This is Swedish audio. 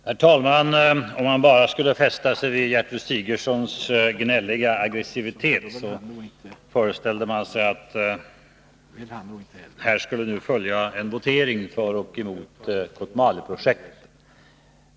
Herr talman! Om man bara skulle fästa sig vid Gertrud Sigurdsens gnälliga aggressivitet, skulle man föreställa sig att här skulle nu följa en votering för och emot Kotmaleprojektet.